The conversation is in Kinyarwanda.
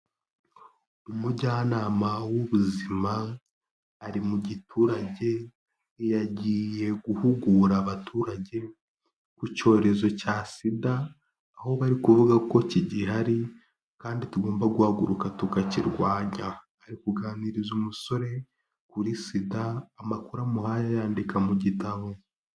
Umujyanama w'ubuzima, ari mu giturage yagiye guhugura abaturage ku cyorezo cya sida, aho bari kuvuga ko kigihari, kandi tugomba guhaguruka tukakirwanya. Ari kuganiriza umusore kuri sida, amakuru amuhaye ayandika mu gitabo.